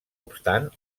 obstant